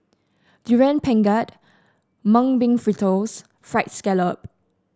Durian Pengat Mung Bean Fritters fried scallop